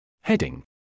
Heading